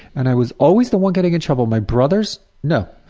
and i was always the one getting in trouble. my brothers, no.